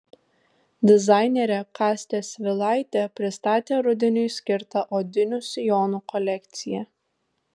dizainerė kastė svilaitė pristatė rudeniui skirtą odinių sijonų kolekciją